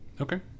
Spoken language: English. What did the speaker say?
Okay